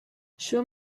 show